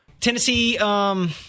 Tennessee